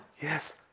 yes